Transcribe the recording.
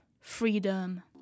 Freedom